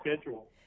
schedule